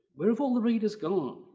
where have all the readers gone?